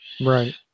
Right